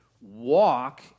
walk